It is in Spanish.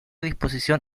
disposición